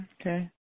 Okay